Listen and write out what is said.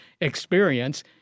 experience